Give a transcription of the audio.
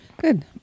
Good